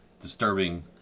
disturbing